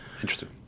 Interesting